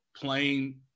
playing